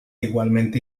igualmente